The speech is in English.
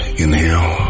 inhale